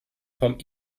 vom